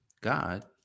God